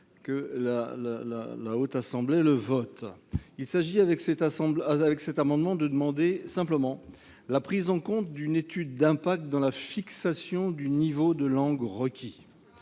que la Haute Assemblée le vote. Avec cet amendement, nous demandons simplement la prise en compte d’une étude d’impact sur la détermination du niveau de langue requis.